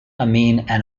amine